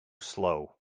slow